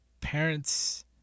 parents